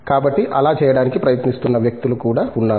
కాబట్టి అలా చేయడానికి ప్రయత్నిస్తున్న వ్యక్తులు కూడా ఉన్నారు